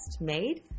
made